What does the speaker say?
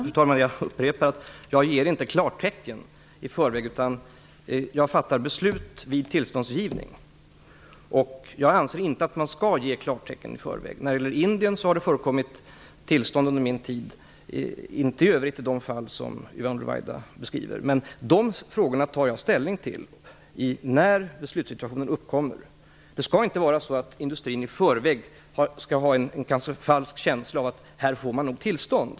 Fru talman! Jag upprepar att jag inte ger klartecken i förväg, utan jag fattar beslut vid tillståndsgivning. Jag anser att man inte skall ge klartecken i förväg. När det gäller Indien har det givits tillstånd under min tid, men inte i de övriga fall som Yvonne Ruwaida beskriver. Jag tar ställning till sådana frågor när beslutssituationen uppkommer. Det skall inte vara så att industrin i förväg ges en, kanske falsk, känsla av att man nog kan få ett tillstånd.